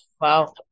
Wow